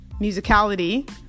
musicality